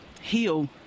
heal